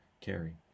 carry